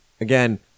again